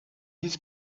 his